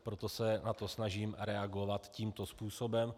Proto se na to snažím reagovat tímto způsobem.